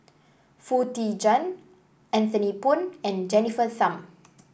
Foo Tee Jun Anthony Poon and Jennifer Tham